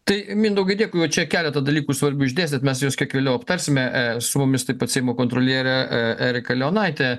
tai mindaugai dėkui čia keletą dalykų svarbių išdėstėt mes jus kiek vėliau aptarsime su mumis taip pat seimo kontrolierė erika leonaitė